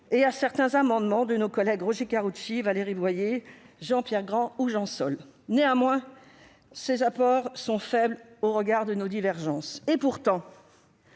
et à certains amendements de nos collègues Roger Karoutchi, Valérie Boyer, Jean-Pierre Grand ou Jean Sol. Néanmoins, ces apports sont faibles au regard de nos divergences. Pourtant,